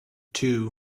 two